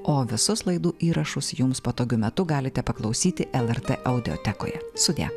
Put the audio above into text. o visus laidų įrašus jums patogiu metu galite paklausyti lrt audiotekoje sudie